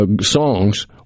songs